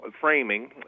framing